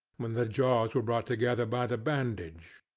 when the jaws were brought together by the bandage.